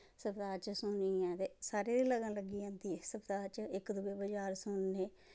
सतराज सुननी आं ते सारें दी लगन लग्गी जंदी सतराज इक दुए बजार सुनने